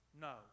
No